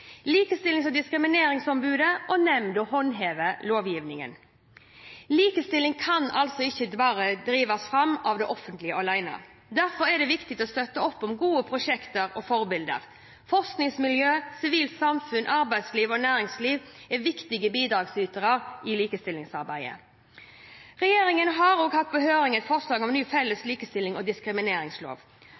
Likestillings- og diskrimineringsombudet og -nemnda håndhever lovgivningen. Likestillingen kan ikke drives fram av det offentlige alene. Derfor er det viktig å støtte opp om gode prosjekter og forbilder. Forskningsmiljøer, sivilt samfunn, arbeidsliv og næringsliv er viktige bidragsytere i likestillingsarbeidet. Regjeringen har også hatt på høring et forslag om ny felles likestillings- og diskrimineringslov.